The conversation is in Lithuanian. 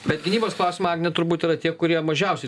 bet gynybos klausimai agne turbūt yra tie kurie mažiausiai